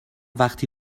وقتی